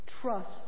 Trust